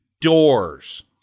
doors